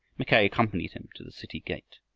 mackay accompanied him to the city gate.